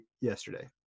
yesterday